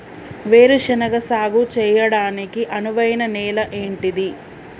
వేరు శనగ సాగు చేయడానికి అనువైన నేల ఏంటిది?